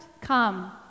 come